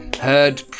heard